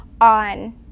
on